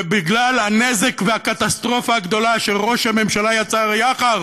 ובגלל הנזק והקטסטרופה הגדולה שראש הממשלה יצר יחד